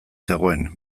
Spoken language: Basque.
zegoen